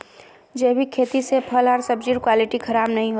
जैविक खेती से फल आर सब्जिर क्वालिटी खराब नहीं हो छे